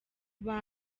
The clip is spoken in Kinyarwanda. bantu